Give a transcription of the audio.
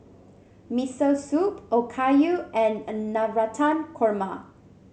Miso Soup Okayu and an Navratan Korma